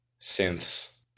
synths